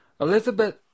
Elizabeth